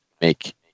make